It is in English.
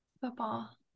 Football